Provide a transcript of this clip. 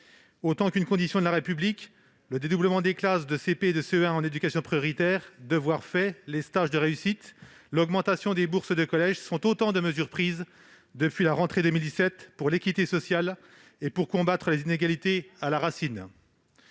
Autant qu'une condition de la République, le dédoublement des classes de CP et de CE1 en éducation prioritaire, le dispositif « Devoirs faits », les stages de réussite et l'augmentation des bourses de collège sont autant de mesures prises depuis la rentrée 2017 pour l'équité sociale et pour combattre les inégalités à la racine.